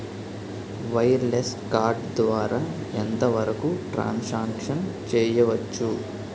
Wireless card ద్వారా ఎంత వరకు ట్రాన్ సాంక్షన్ చేయవచ్చు?